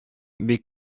бик